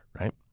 right